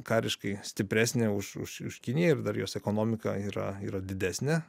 kariškai stipresnė už už už kiniją ir dar jos ekonomika yra yra didesnė